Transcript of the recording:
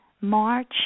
March